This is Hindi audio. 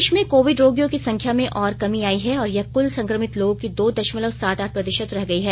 देश में कोविड रोगियों की संख्या में और कमी आई है और यह कुल संक्रमित लोगों की दो दशमलव सात आठ प्रतिशत रह गई है